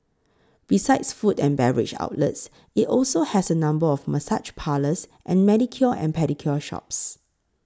besides food and beverage outlets it also has a number of massage parlours and manicure and pedicure shops